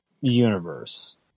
universe